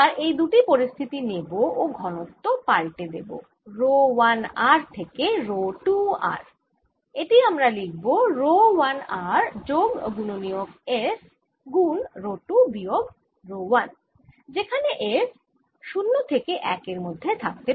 এবার এই দুটি পরিস্থিতি নেব ও ঘনত্ব পাল্টে দেব রো 1 r থেকে রো 2 r এটি আমরা লিখব রো 1 r যোগ গুণনীয়ক f গুণ রো 2 বিয়োগ রো 1 যেখানে f 0 থেকে 1 এর মধ্যে থাকে